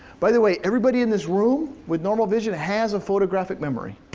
by the way, everybody in this room with normal vision has a photographic memory.